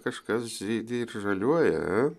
kažkas žydi ir žaliuoja